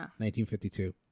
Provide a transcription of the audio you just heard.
1952